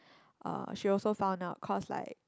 uh she also found out because like